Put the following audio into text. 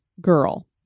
girl